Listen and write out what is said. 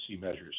measures